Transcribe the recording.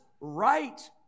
right